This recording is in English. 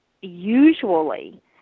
usually